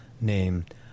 named